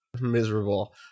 Miserable